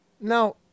now